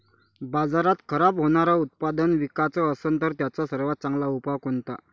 बाजारात खराब होनारं उत्पादन विकाच असन तर त्याचा सर्वात चांगला उपाव कोनता?